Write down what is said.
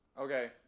Okay